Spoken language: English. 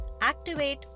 activate